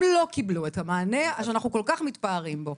לא קיבלו את המענה שאנחנו כל כך מתפארים בו.